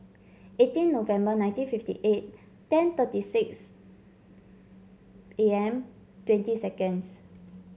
eighteen November nineteen fifty eight ten thirty six A M twenty seconds